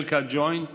אלכ"א ג'וינט